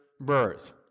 birth